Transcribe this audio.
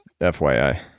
FYI